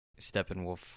Steppenwolf